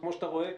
כמו שאתה רואה,